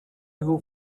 who